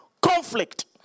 conflict